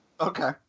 Okay